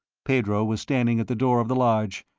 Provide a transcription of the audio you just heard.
pedro was standing at the door of the lodge,